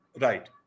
Right